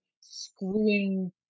screwing